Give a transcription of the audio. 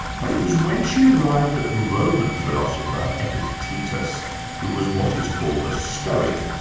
but it was when she arrived at the roman philosopher epictetus who was what is called a stoic,